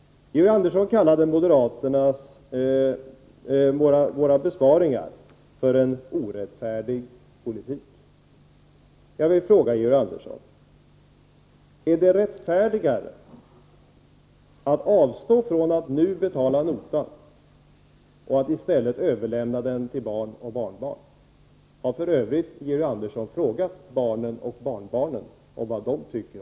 Georg Andersson kallade våra besparingar för en orättfärdig politik. Jag vill fråga Georg Andersson: Är det rättfärdigare att avstå från att nu betala notan och i stället överlämna den till barn och barnbarn? Har f. ö. Georg Andersson frågat barnen och barnbarnen vad de tycker?